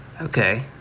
Okay